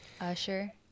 Usher